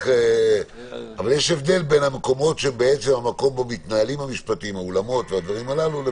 אבל יש הבדל בין המקומות שבעצם המקום בו מתנהלים המשפטים לבין